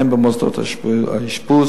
הן במוסדות האשפוז